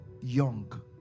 Young